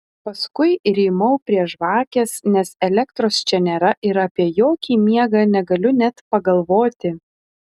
paskui rymau prie žvakės nes elektros čia nėra ir apie jokį miegą negaliu net pagalvoti